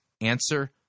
Answer